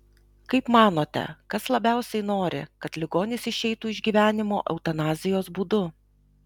kaip manote kas labiausiai nori kad ligonis išeitų iš gyvenimo eutanazijos būdu